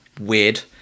weird